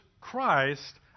Christ